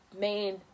main